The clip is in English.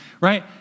right